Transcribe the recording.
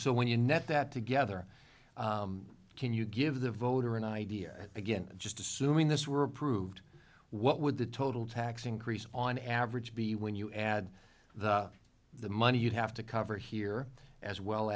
so when you net that together can you give the voter an idea again and just assuming this were approved what would the total tax increase on average be when you add that up the money you'd have to cover here as well